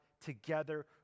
together